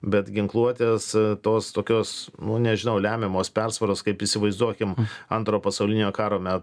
bet ginkluotės tos tokios nu nežinau lemiamos persvaros kaip įsivaizduokim antro pasaulinio karo me